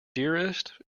dearest